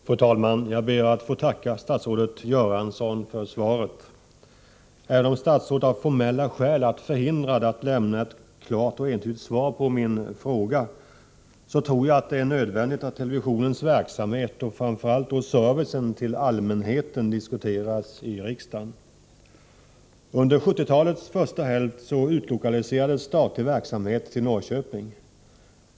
Fru talman! Jag ber att få tacka statsrådet Göransson för svaret. Även om statsrådet av formella skäl har varit förhindrad att lämna ett klart och entydigt svar på min fråga, tror jag att det är nödvändigt att televisionens verksamhet, och framför allt servicen till allmänheten, diskuteras i riksdagen. Under 1970-talets första hälft utlokaliserades statlig verksamhet till Norrköping.